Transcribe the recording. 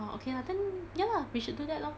orh okay lah then ya lah we should do that lor